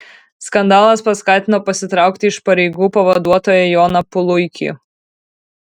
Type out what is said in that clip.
skandalas paskatino pasitraukti iš pareigų pavaduotoją joną puluikį